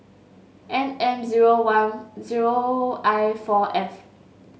N M zero one zero I four F